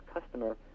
customer